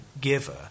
giver